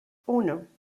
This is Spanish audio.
uno